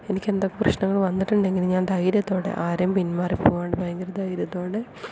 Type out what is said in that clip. എനിക്ക് എന്തൊക്കെ പ്രശ്നങ്ങൾ വന്നിട്ടുണ്ടെങ്കിലും ഞാൻ ധൈര്യത്തോടെ ആരെയും പിന്മാറിപോകാണ്ട് ഭയങ്കര ധൈര്യത്തോടെ